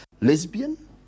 lesbian